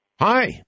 Hi